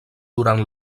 durant